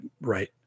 right